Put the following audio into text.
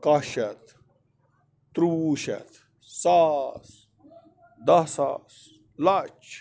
کاہ شیٚتھ ترٛیٛوُہ شیٚتھ ساس دَہ ساس لَچھ